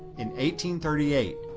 in thirty eight,